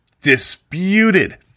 disputed